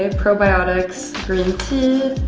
and probiotics, green tea.